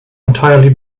entirely